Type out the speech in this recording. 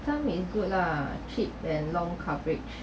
some is good lah cheap and long coverage